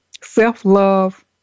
Self-love